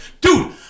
dude-